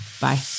Bye